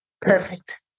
Perfect